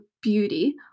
beauty